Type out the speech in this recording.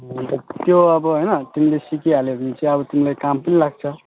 अन्त त्यो अब होइन तिमीले सिकिहाल्यौ भने चाहिँ अब तिमीलाई काम पनि लाग्छ